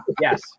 Yes